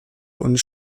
und